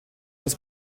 das